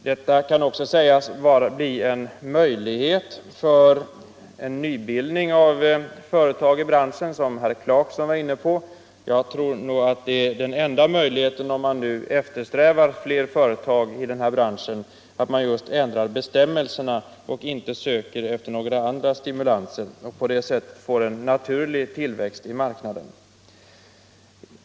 Detta skulle också kunna medföra nybildning av företag i branschen, vilket herr Clarkson var inne på. Om man eftersträvar fler företag i branschen tror jag att enda möjligheten är att man ändrar bestämmelserna och inte söker efter andra stimulanser. På det sättet får man en naturlig tillväxt.